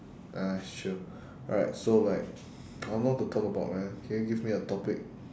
uh sure alright so like I don't know what to talk about man can you give me a topic